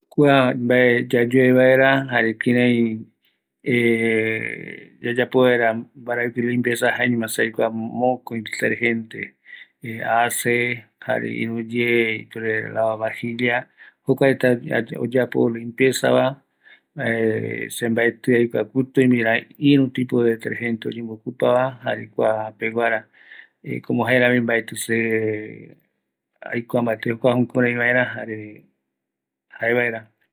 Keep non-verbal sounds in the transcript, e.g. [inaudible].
﻿Kua vae yayoe vaera jare kirai e yayapo vaera mbaraeki limpieza jaeño se aikua mokoi detergente ace jare iru ye ipuere lavavajillas jokua reta oyapo limpieza va [hesitation] jare se mbaeti aikua kuti oime ra iru tipo de detergente oyembo ocupaba va jare kua peguara como jae rami mbaeti se aikua mbate kua jukurai vaera jare jaevaera